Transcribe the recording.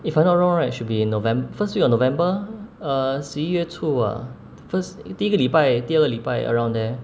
if I'm not wrong right should be in nov~ first week of november uh 十一月出啊 first 第一个礼拜第二个礼拜 around there